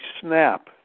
snap